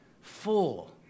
full